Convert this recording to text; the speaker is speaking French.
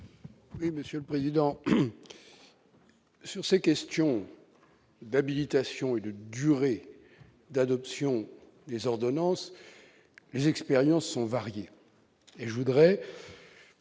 Oui, Monsieur le Président, sur ces questions d'habilitation et de durée d'adoption des ordonnances les expériences sont variés